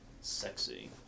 Sexy